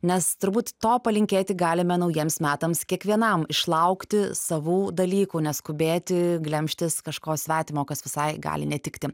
nes turbūt to palinkėti galime naujiems metams kiekvienam išlaukti savų dalykų neskubėti glemžtis kažko svetimo kas visai gali netikti